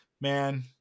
man